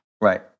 Right